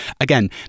again